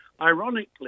ironically